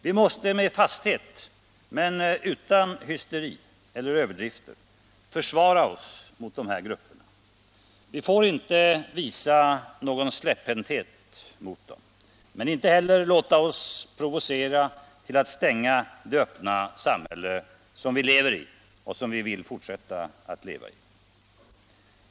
Vi måste med fasthet men utan hysteri eller överdrifter försvara oss mot dessa grupper. Vi får inte visa någon släpphänthet mot dem men inte heller låta oss provoceras till att stänga det öppna samhälle som vi lever i och som vi vill fortsätta att leva i.